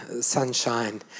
sunshine